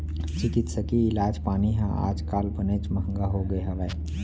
चिकित्सकीय इलाज पानी ह आज काल बनेच महँगा होगे हवय